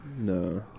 No